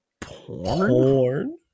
porn